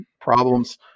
problems